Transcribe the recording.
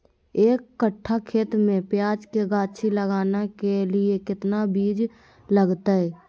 एक कट्ठा खेत में प्याज के गाछी लगाना के लिए कितना बिज लगतय?